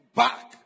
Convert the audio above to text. back